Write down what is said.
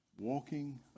walking